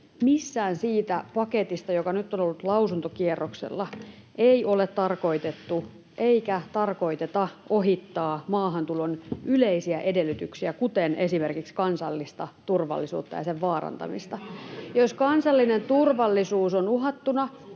missään siinä paketissa, joka nyt on ollut lausuntokierroksella, ei ole tarkoitettu eikä tarkoiteta ohittaa maahantulon yleisiä edellytyksiä, kuten esimerkiksi kansallista turvallisuutta ja sen vaarantamista. [Välihuutoja perussuomalaisten